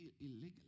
Illegal